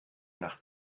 nach